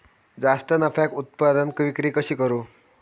जास्त नफ्याक उत्पादन विक्री कशी करू?